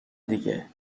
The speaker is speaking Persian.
دیگه